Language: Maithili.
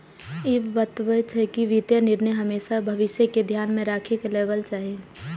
ई बतबै छै, जे वित्तीय निर्णय हमेशा भविष्य कें ध्यान मे राखि कें लेबाक चाही